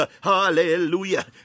Hallelujah